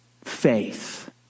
faith